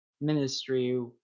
ministry